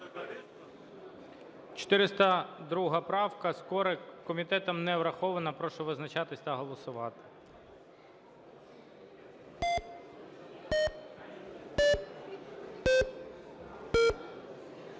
402 правка, Скорик, комітетом не врахована. Прошу визначатись та голосувати.